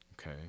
okay